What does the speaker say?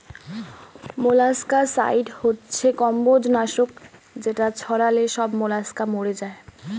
molluscicide হচ্ছে কম্বোজ নাশক যেটা ছড়ালে সব মোলাস্কা মরে যায়